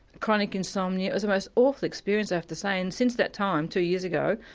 chronic insomnia. it was the most awful experience, i have to say, and since that time, two years ago,